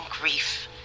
grief